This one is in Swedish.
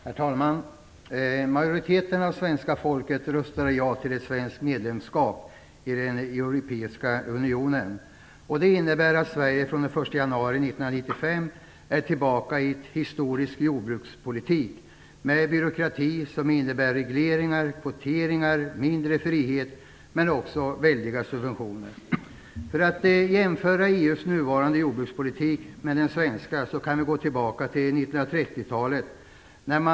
Herr talman! Majoriteten av svenska folket röstade ja till ett svenskt medlemskap i den europeiska unionen. Det innebär att Sverige från den 1 januari 1995 är tillbaka i en historisk jordbrukspolitik med en byråkrati som innebär regleringar, kvoteringar, mindre frihet men också väldiga subventioner. För att kunna jämföra EU:s nuvarande jordbrukspolitik med den svenska kan vi gå tillbaka till 1930-talet.